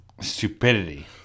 Stupidity